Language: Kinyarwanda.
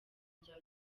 rya